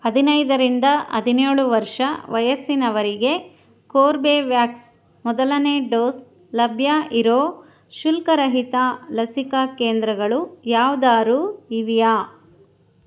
ಹದಿನೈದರಿಂದ ಹದಿನೇಳು ವರ್ಷ ವಯಸ್ಸಿನವರಿಗೆ ಕೋರ್ಬೇವ್ಯಾಕ್ಸ್ ಮೊದಲನೇ ಡೋಸ್ ಲಭ್ಯ ಇರೋ ಶುಲ್ಕರಹಿತ ಲಸಿಕಾ ಕೇಂದ್ರಗಳು ಯಾವ್ದಾದ್ರೂ ಇವೆಯಾ